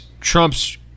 Trump's